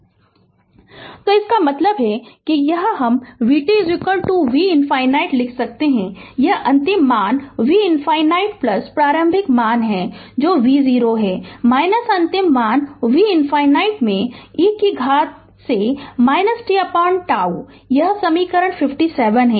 Refer Slide Time 1610 तो इसका मतलब है कि यह हम vt v ∞ लिख सकते हैं यह अंतिम मान v ∞ प्रारंभिक मान है जो v0 है अंतिम मान v ∞ में e से घात तक tτ यह समीकरण 57 है